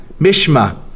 Mishma